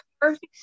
perfect